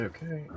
Okay